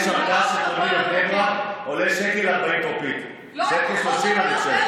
יש ארגז שקונים בבני ברק, טרופית עולה 1.40 שקל.